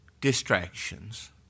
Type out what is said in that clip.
distractions